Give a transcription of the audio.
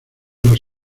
los